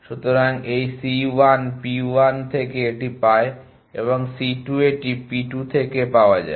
সুতরাং এই c1 p 1 থেকে এটি পায় এবং c 2 এটি p 2 থেকে পাওয়া যায়